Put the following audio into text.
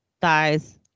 thighs